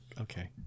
okay